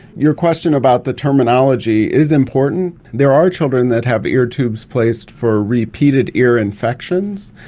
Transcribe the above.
your question about the terminology is important. there are children that have ear tubes placed for repeated ear infections,